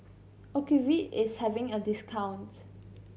Ocuvite is having a discount